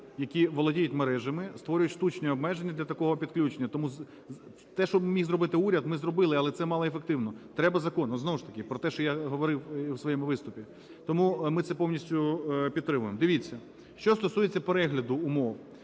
які володіють мережами, створюють штучні обмеження для такого підключення. Тому те, що міг зробити уряд, ми зробили, але це малоефективно, треба закон. Знову ж таки, про те, що я говорив у своєму виступі. Тому ми це повністю підтримуємо. Дивіться, що стосується перегляду умов.